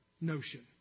notion